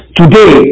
today